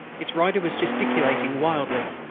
its rider was gesticulating wildly.